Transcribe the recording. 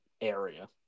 area